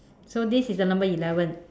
so this is the number eleven